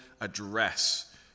address